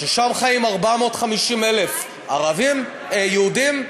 ששם חיים 450,000 יהודים,